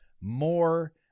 more